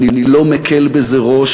אני לא מקל בזה ראש,